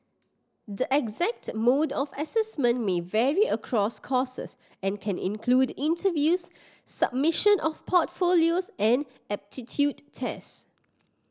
the exact mode of assessment may vary across courses and can include interviews submission of portfolios and aptitude test